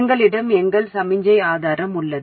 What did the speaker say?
எங்களிடம் எங்கள் சமிக்ஞை ஆதாரம் உள்ளது